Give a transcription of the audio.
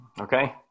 Okay